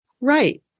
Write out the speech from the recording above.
Right